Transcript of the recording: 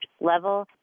level